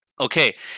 Okay